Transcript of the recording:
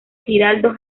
giraldo